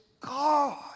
God